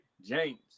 James